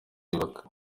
yubaka